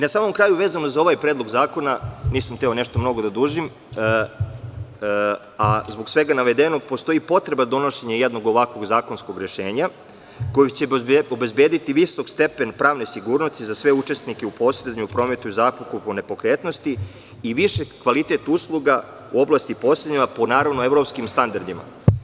Na samom kraju, vezano za ovaj predlog zakona, nisam hteo nešto mnogo da dužim, a zbog svega navedenog postoji potreba donošenja jednog ovakvog zakonskog rešenja koji će obezbediti visok stepen pravne sigurnosti za sve učesnike u posredovanju, prometu i zakupu nepokretnosti i veći kvalitet usluga u oblasti posredovanja po evropskim standardima.